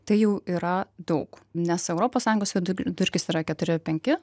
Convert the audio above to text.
tai jau yra daug nes europos sąjungos vidur vidurkis yra keturi penki